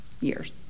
years